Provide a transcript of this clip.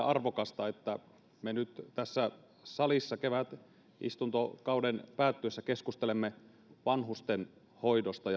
arvokasta että me nyt tässä salissa kevätistuntokauden päättyessä keskustelemme vanhustenhoidosta